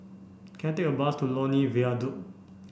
can I take a bus to Lornie Viaduct